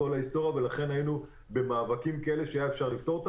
לכן היינו במאבקים כאלה שאפשר היה לפתור.